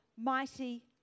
Mighty